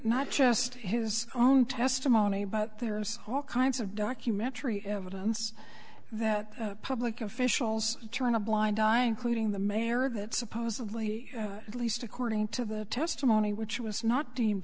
not just his own testimony about there's all kinds of documentary evidence that public officials turn a blind eye clearing the mayor that supposedly at least according to the testimony which was not deemed